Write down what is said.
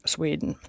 Sweden